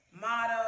motto